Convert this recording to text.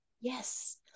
Yes